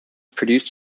produced